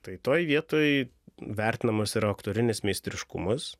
tai toj vietoj vertinamas yra aktorinis meistriškumas